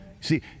See